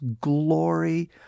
glory